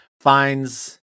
finds